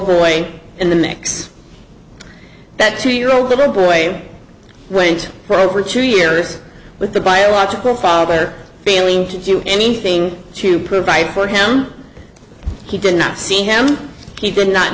boy in the mix that two year old little boy went for over two years but the biological father failing to do anything to provide for him he did not see him he did not